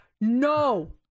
no